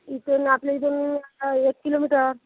इथून आपल्याइथून आता एक किलोमीटर